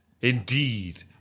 Indeed